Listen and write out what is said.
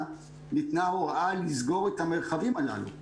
ניתנה הוראה לסגור את המרחבים הללו.